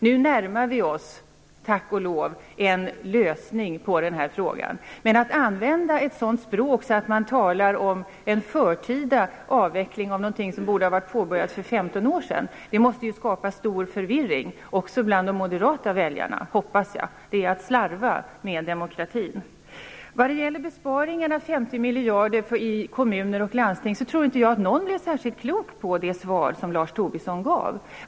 Nu närmar vi oss, tack och lov, en lösning på den här frågan. Men att använda ett sådant språk så att man talar om en förtida avveckling av någonting, när denna avveckling borde ha varit påbörjad för 15 år sedan, måste skapa stor förvirring, också bland de moderata väljarna hoppas jag. Det är att slarva med demokratin. Vad gäller besparingar av 50 miljarder kronor inom kommuner och landsting tror inte jag att någon blev särskilt klok på det svar som Lars Tobisson gav.